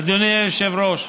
אדוני היושב-ראש,